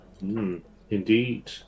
Indeed